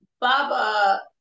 Baba